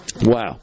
wow